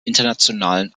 internationalen